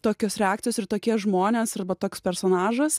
tokios reakcijos ir tokie žmonės arba toks personažas